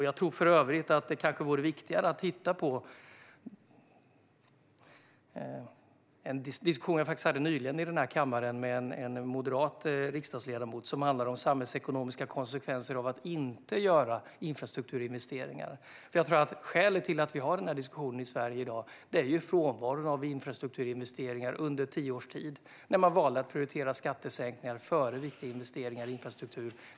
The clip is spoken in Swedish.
Jag tror för övrigt att det kanske vore viktigare att titta på något jag nyligen diskuterade i denna kammare med en moderat riksdagsledamot, nämligen samhällsekonomiska konsekvenser av att inte göra infrastrukturinvesteringar. Jag tror att skälet till att vi har denna diskussion i Sverige i dag är frånvaron av infrastrukturinvesteringar under tio års tid, när man valde att prioritera skattesänkningar före viktiga investeringar i infrastruktur.